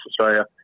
Australia